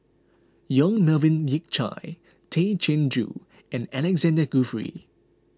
Yong Melvin Yik Chye Tay Chin Joo and Alexander Guthrie